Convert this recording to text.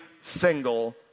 single